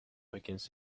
against